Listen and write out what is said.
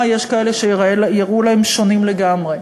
יש כאלה שהם ייראו להם שונים לגמרי,